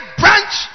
branch